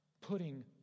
putting